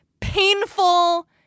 painful